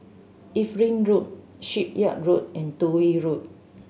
Evelyn Road Shipyard Road and Toh Yi Road